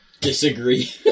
disagree